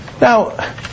Now